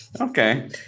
Okay